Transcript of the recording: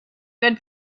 good